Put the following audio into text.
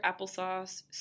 applesauce